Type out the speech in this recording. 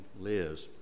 Liz